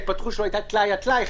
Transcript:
ההתפתחות שלו הייתה טלאי על טלאי,